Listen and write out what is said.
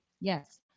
Yes